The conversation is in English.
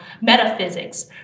metaphysics